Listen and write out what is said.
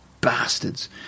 bastards